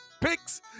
Picks